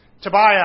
Tobiah